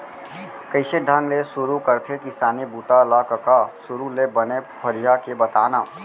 कइसे ढंग ले सुरू करथे किसानी बूता ल कका? सुरू ले बने फरिया के बता न